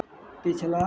पिछला